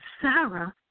Sarah